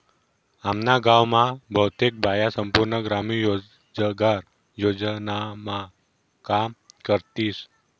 आम्ना गाव मा बहुतेक बाया संपूर्ण ग्रामीण रोजगार योजनामा काम करतीस